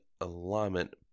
alignment